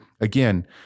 Again